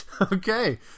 Okay